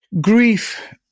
Grief